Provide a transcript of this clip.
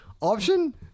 option